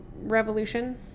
revolution